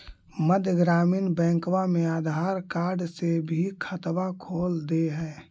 मध्य ग्रामीण बैंकवा मे आधार कार्ड से भी खतवा खोल दे है?